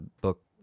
book